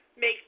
make